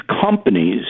companies